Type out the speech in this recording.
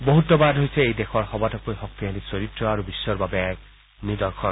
বহুত্বাদ হৈছে এই দেশৰ সবাতোকৈ শক্তিশালী চৰিত্ৰ আৰু বিশ্বৰ বাবে এক নিদৰ্শন